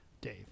Dave